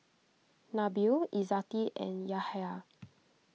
Nabil Izzati and Yahya